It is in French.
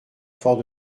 fort